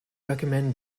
recommend